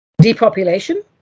Depopulation